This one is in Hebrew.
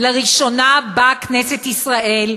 לראשונה באה כנסת ישראל,